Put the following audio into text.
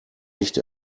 nicht